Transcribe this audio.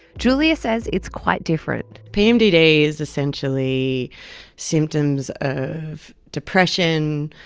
julia says it's quite different. pmdd is essentially symptoms of depression,